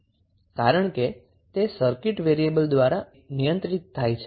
કારણ કે તે સર્કિટ વેરીએબલ દ્વારા નિયંત્રિત થાય છે